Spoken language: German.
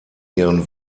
ihren